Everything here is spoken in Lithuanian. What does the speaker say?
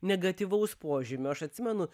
negatyvaus požymio aš atsimenu